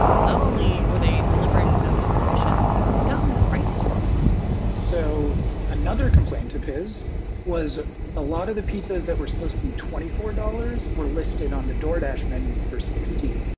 not only were they delivering without his permission, they'd gotten the prices wrong so another complaint of his was a lot of the pieces that were supposed to be twenty four dollars were listed on the door dash menu for sixteen.